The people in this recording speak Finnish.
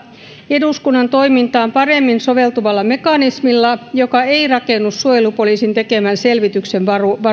eduskunnan toimintaan paremmin soveltuvalla mekanismilla joka ei rakennu suojelupoliisin tekemän selvityksen varaan